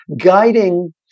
guiding